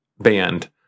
band